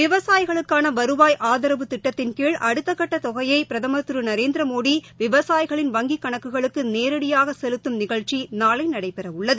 விவசாயிகளுக்கானவருவாய் திட்டத்தின்கீழ் அடுத்தக்கட்டதொகையைபிரதமர் ஆதரவு திருநரேந்திரமோடி விவசாயிகளின் வங்கிகணக்குகளுக்குநேரடியாகசெலுத்தும் நிகழ்ச்சிநாளைநடைபெறஉள்ளது